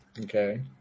Okay